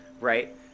right